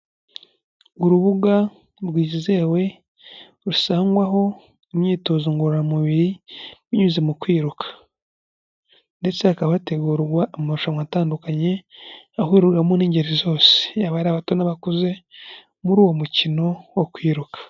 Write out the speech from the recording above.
Urubuga rwizewe rusangwaho imyitozo ngororamubiri binyuze mu kwiruka, ndetse hakaba hategurwa amarushanwa atandukanye ahuriramo n'ingeri zose, yaba abato n'abakuze muri uwo mukino wo kwiruka.